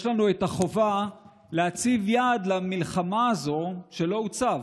יש לנו את החובה להציב יעד למלחמה הזאת, שלא הוצב.